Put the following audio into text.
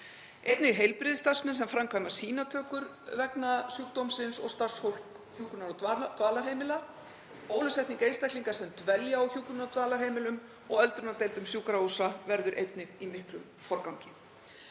einnig heilbrigðisstarfsmenn sem framkvæma sýnatökur vegna sjúkdómsins og starfsfólk hjúkrunar- og dvalarheimila. Bólusetning einstaklinga sem dvelja á hjúkrunar- og dvalarheimilum og öldrunardeildum sjúkrahúsa verður einnig í miklum forgangi.